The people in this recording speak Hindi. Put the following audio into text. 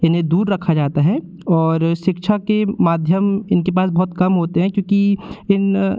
इन्हें दूर रखा जाता है और शिक्षा के माध्यम इनके पास बहुत कम होते हैं क्योंकि इन